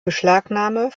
beschlagnahme